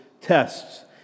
tests